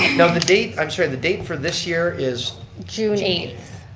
now the date, i'm sorry the date for this year is june eighth.